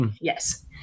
yes